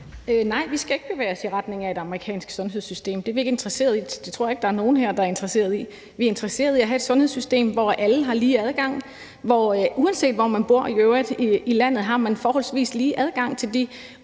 Nej, vi skal ikke bevæge os i retning af et amerikansk sundhedssystem. Det er vi ikke interesseret i. Det tror jeg ikke at der er nogen her der er interesseret i. Vi er interesseret i at have et sundhedssystem, hvor alle har lige adgang. Uanset hvor man i øvrigt bor i landet, har man forholdsvis lige adgang til de